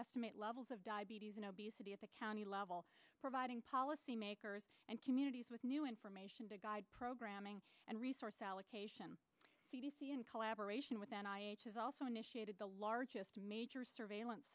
estimate levels of diabetes and obesity at the county level providing policymakers and communities with new information to guide programming and resource allocation c d c in collaboration with and has also initiated the largest major surveillance